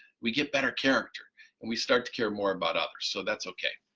we get better character and we start to care more about others so that's okay.